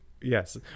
yes